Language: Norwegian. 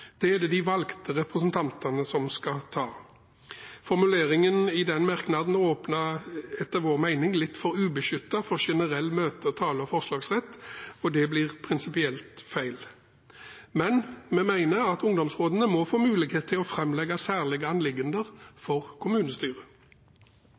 Det er det de valgte representantene som skal. Formuleringen i den merknaden åpner, etter vår mening, litt for ubeskyttet for generell møte-, tale- og forslagsrett, og det blir prinsipielt feil. Men vi mener at ungdomsrådene må få mulighet til å framlegge særlige anliggender for kommunestyret.